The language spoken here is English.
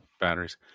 batteries